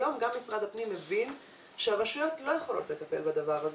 היום גם משרד הפנים הבין שהרשויות לא יכולות לטפל בדבר הזה.